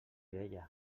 deia